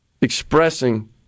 expressing